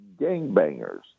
gangbangers